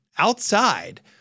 outside